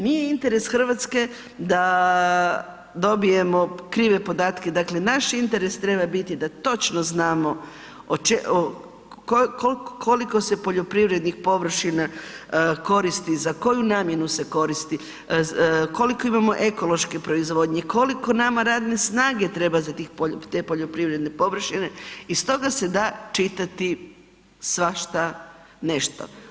Nije interes Hrvatske da dobijemo krive podatke, dakle naš interes treba biti da točno znamo o koliko se poljoprivrednih površina koristi, za koju namjenu se koristi, koliko imamo ekološke proizvodnje, koliko nama radne snage treba za te poljoprivredne površine iz toga se da čitati svašta nešto.